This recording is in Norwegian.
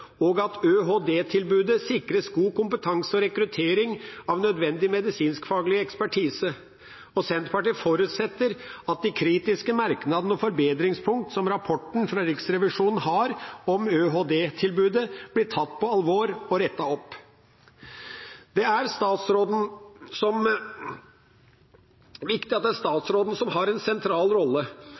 og at ØHD-tilbudet sikres god kompetanse og rekruttering av nødvendig medisinskfaglig ekspertise, og Senterpartiet forutsetter at de kritiske merknadene og forbedringspunkt som rapporten fra Riksrevisjonen har om ØHD-tilbudet, blir tatt på alvor og rettet opp. Det er viktig at statsråden har en sentral rolle. Sjøl om statsråden mener at kommunene ikke har